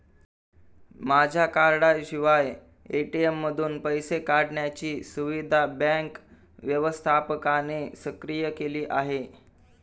माझ्या कार्डाशिवाय ए.टी.एम मधून पैसे काढण्याची सुविधा बँक व्यवस्थापकाने सक्रिय केली आहे